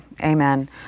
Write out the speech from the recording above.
amen